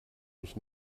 mich